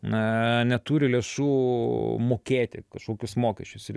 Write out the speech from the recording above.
na neturi lėšų mokėti kažkokius mokesčius ir